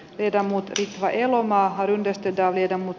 teidän mutkissa elomaahan yhdistetään viedä mut